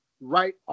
right